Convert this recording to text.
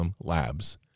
Labs